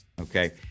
okay